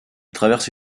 traverse